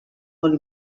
molt